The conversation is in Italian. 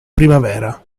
primavera